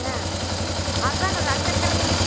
ம் அதானே ரெண்டுங்கர்னிங்க